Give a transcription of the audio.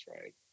right